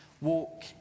walk